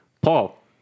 Paul